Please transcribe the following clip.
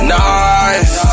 nice